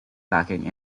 packing